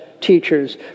teachers